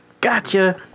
Gotcha